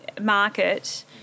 market